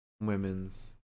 Women's